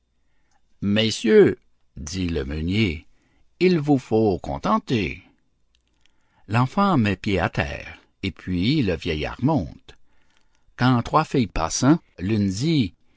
messieurs dit le meunier il vous faut contenter l'enfant met pied à terre et puis le vieillard monte quand trois filles passant l'une